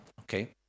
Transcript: okay